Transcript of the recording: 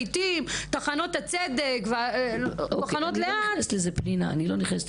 לעיתים טחנות הצדק טוחנות לאט --- אני לא נכנסת